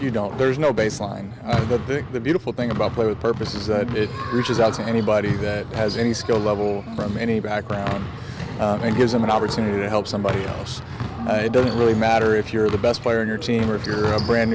you don't there's no baseline but pick the beautiful thing about play with purpose is that it reaches out to anybody that has any skill level from any background it gives them an opportunity to help somebody else i don't really matter if you're the best player on your team or if you're a brand